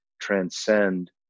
transcend